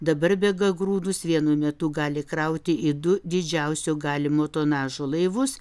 dabar bega grūdus vienu metu gali krauti į du didžiausio galimo tonažo laivus